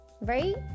right